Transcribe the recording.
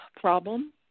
problem